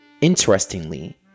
Interestingly